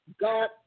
God